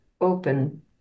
open